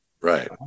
Right